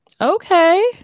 Okay